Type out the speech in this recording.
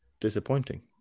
disappointing